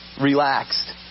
relaxed